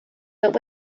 but